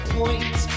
point